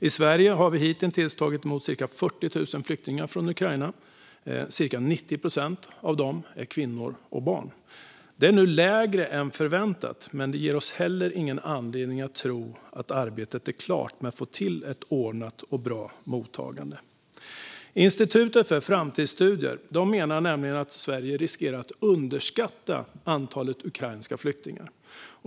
I Sverige har vi hittills tagit emot cirka 40 000 flyktingar från Ukraina. Cirka 90 procent av dem är kvinnor och barn. Det är lägre än förväntat, men det ger oss heller ingen anledning att tro att arbetet är klart med att få till ett ordnat och bra mottagande. Institutet för framtidsstudier menar nämligen att Sverige riskerar att underskatta antalet ukrainska flyktingar.